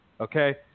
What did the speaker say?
Okay